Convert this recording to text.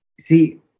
See